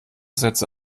sätze